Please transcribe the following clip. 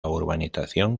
urbanización